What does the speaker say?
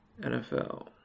NFL